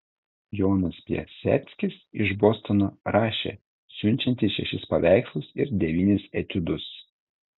jonas piaseckis iš bostono rašė siunčiantis šešis paveikslus ir devynis etiudus